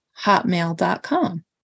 hotmail.com